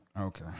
Okay